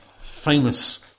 famous